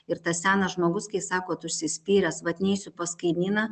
ir tas senas žmogus kai sakot užsispyręs vat neisiu pas kaimyną